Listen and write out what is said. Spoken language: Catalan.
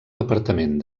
departament